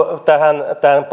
tähän